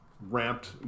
ramped